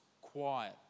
quiet